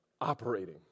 operating